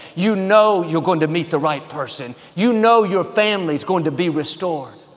you know you're going to meet the right person. you know your family's going to be restored.